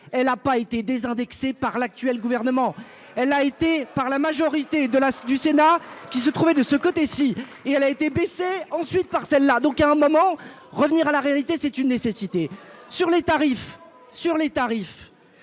elle a pas été désindexer par l'actuel gouvernement, elle a été par la majorité de la du Sénat, qui se trouvait de ce côté-ci, et elle a été PC ensuite par celle-là, donc, à un moment, revenir à la réalité, c'est une nécessité sur les tarifs sur les tarifs,